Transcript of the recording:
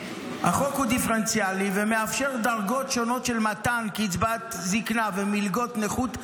החוק הוא דיפרנציאלי ומאפשר דרגות שונות של מתן קצבת זקנה ומלגות נכות,